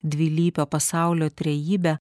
dvilypio pasaulio trejybę